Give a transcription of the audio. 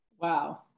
Wow